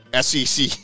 SEC